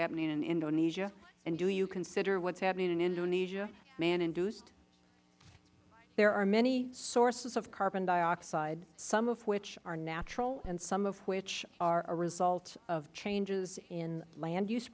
happening in indonesia and do you consider what is happening in indonesia man induced ms lubchenco there are many sources of carbon dioxide some of which are natural and some of which are a result of changes in land use